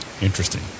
Interesting